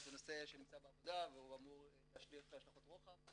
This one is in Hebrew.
זה נושא שנמצא בעבודה והוא אמור להשליך השלכות רוחב.